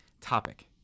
topic